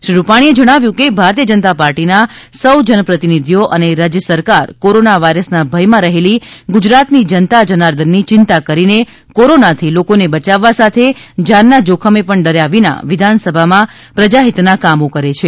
શ્રી રૂપાણીએ જણાવ્યું કે ભારતીય જનતા પાર્ટીના સૌ જનપ્રતિનિધિઓ અને રાજય સરકાર કોરોના વાયરસના ભયમાં રહેલી ગુજરાતની જનતા જનાર્દનની ચિંતા કરીને કોરોનાથી લોકોને બયાવવા સાથે જાનના જોખમે પણ ડર્યા વિના વિધાનસભામાં પ્રજાહિતના કામો કરે છે